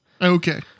Okay